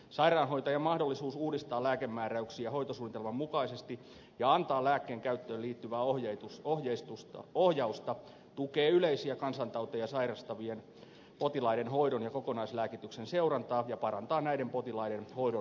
sairaanhoitajan mahdollisuus uudistaa lääkemääräyksiä hoitosuunnitelman mukaisesti ja antaa lääkkeen käyttöön liittyvää ohjausta tukee yleisiä kansantauteja sairastavien potilaiden hoidon ja kokonaislääkityksen seurantaa ja parantaa näiden potilaiden hoidon vaikuttavuutta